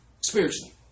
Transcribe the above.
spiritually